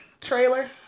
trailer